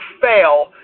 fail